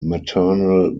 maternal